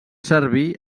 servir